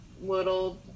little